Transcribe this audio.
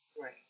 Right